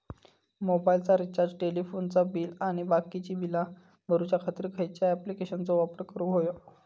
मोबाईलाचा रिचार्ज टेलिफोनाचा बिल आणि बाकीची बिला भरूच्या खातीर खयच्या ॲप्लिकेशनाचो वापर करूक होयो?